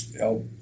El